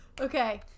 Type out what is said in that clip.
Okay